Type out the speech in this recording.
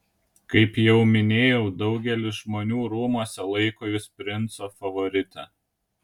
kaip jau minėjau daugelis žmonių rūmuose laiko jus princo favorite